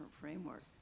framework